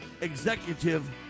executive